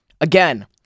Again